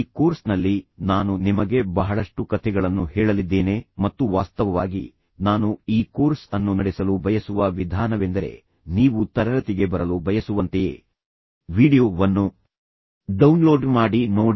ಈ ಕೋರ್ಸ್ನಲ್ಲಿ ನಾನು ನಿಮಗೆ ಬಹಳಷ್ಟು ಕಥೆಗಳನ್ನು ಹೇಳಲಿದ್ದೇನೆ ಮತ್ತು ವಾಸ್ತವವಾಗಿ ನಾನು ಈ ಕೋರ್ಸ್ ಅನ್ನು ನಡೆಸಲು ಬಯಸುವ ವಿಧಾನವೆಂದರೆ ನೀವು ತರಗತಿಗೆ ಬರಲು ಬಯಸುವಂತೆಯೇ ಅಂದರೆ ನೀವು ವೀಡಿಯೊ ವನ್ನು ಡೌನ್ಲೋಡ್ ಮಾಡಿ ಅದನ್ನು ನೋಡಿ